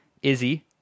Izzy